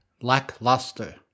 Lackluster